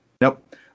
Nope